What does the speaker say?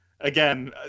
Again